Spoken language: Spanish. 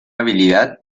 habilidad